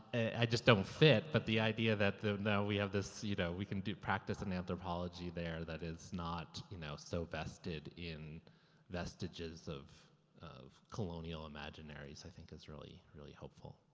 i just don't fit, but the idea that the, now we have this, you know, we can do practice in anthropology there that is not, you know, so vested in vestiges of of colonial imaginaries. i think is really, really hopeful.